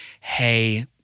hey